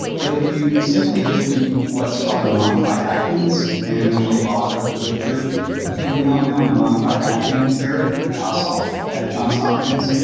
but if you simply just do what's called a modified atkins and there's a lot of literature coming out now on the modified atkins eric kossoff at johns hopkins,